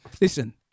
listen